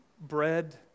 bread